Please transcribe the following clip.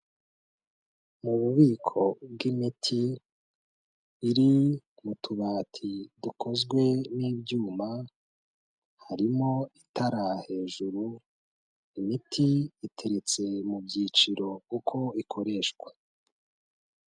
Mu bubiko bw'imiti iri mu tubati dukozwe n'ibyuma, harimo itara hejuru, imiti iteretse mu byiciro uko ikoreshwa.